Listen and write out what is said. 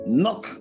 knock